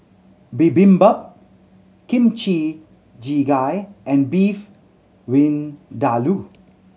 Bibimbap Kimchi Jjigae and Beef Vindaloo